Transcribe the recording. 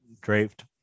draped